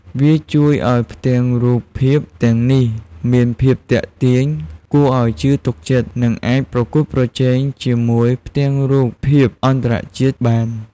វាជួយឱ្យផ្ទាំងរូបភាពទាំងនេះមាន ភាពទាក់ទាញ គួរឱ្យជឿទុកចិត្ត និងអាចប្រកួតប្រជែងជាមួយផ្ទាំងរូបភាពអន្តរជាតិបាន ។